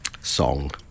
Song